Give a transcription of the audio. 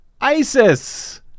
ISIS